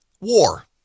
war